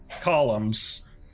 columns